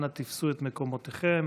אנא תפסו את מקומותיכם.